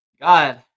God